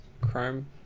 Chrome